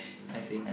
I see